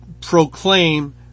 proclaim